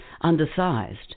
undersized